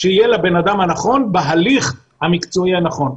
שיהיה לבן אדם הנכון בהליך המקצועי הנכון.